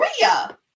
Maria